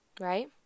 right